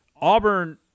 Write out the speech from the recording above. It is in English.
Auburn